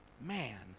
man